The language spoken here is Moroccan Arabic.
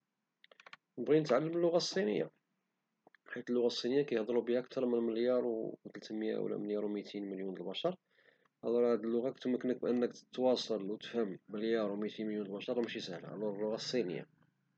نبغي نتعلم اللغة الصينية حيت اللغة الصينية كيهدرو بها أكثر من مليار و تلتمية أو وميتين مليون ديال البشر ألور هد اللغة كتمكنك من أنك تواصل وتفهم مليار وميتين مليون ديال البشر راه ماشي سهلة، ألور اللغة الصينية